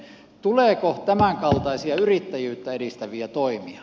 tuleeko tämänkaltaisia yrittäjyyttä edistäviä toimia